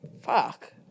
fuck